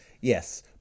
Yes